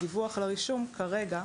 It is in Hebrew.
הדיווח על הרישום כרגע,